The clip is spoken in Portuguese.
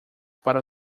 para